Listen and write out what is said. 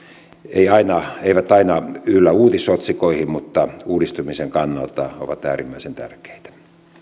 eivät aina eivät aina yllä uutisotsikoihin mutta uudistumisen kannalta ovat äärimmäisen tärkeitä